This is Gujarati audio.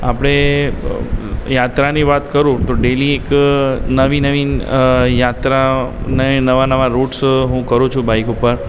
આપણે યાત્રાની વાત કરું તો ડેઇલી એક નવી નવીન યાત્રા અને નવા નવા રૂટ્સ હું કરું છું બાઇક ઉપર